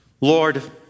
Lord